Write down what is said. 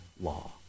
law